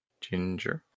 Ginger